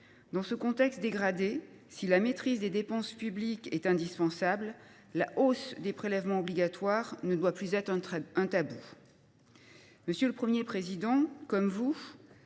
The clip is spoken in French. dans ce contexte dégradé, si la maîtrise des dépenses publiques est indispensable, la hausse des prélèvements obligatoires ne doit plus être un tabou.